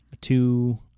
two